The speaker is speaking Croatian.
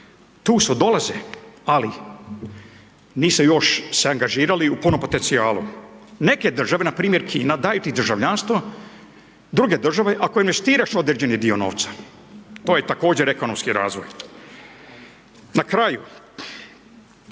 tu su, dolaze, ali nisu se još angažirali u punom potencijalu. Neke države, npr. Kina daju ti državljanstvo druge države ako investiraš određeni dio novca, to je također ekonomski razvoj. Na kraju,